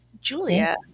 Julia